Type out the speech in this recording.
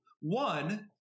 One